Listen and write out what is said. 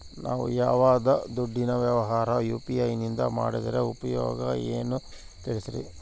ನಾವು ಯಾವ್ದೇ ದುಡ್ಡಿನ ವ್ಯವಹಾರ ಯು.ಪಿ.ಐ ನಿಂದ ಮಾಡಿದ್ರೆ ಉಪಯೋಗ ಏನು ತಿಳಿಸ್ರಿ?